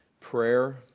prayer